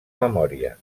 memòria